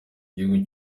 gihugu